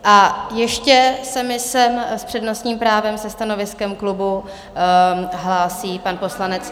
A ještě se mi sem s přednostním právem se stanoviskem klubu hlásí pan poslanec...